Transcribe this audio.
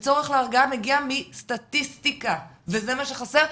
וצורך להרגעה מגיע מסטטיסטיקה, וזה מה שחסר.